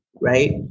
Right